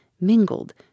mingled